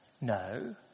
No